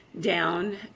down